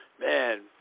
Man